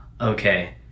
Okay